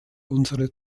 unsere